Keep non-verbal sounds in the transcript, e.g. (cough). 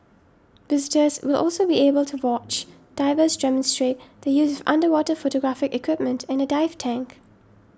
visitors will also be able to watch divers demonstrate the use (noise) underwater photographic equipment in a dive tank